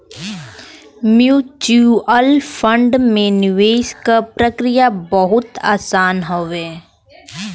mutual fund में निवेश क प्रक्रिया बहुत आसान हौ